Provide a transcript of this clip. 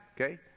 okay